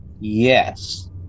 Yes